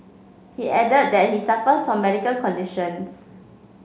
he added that he suffers from medical conditions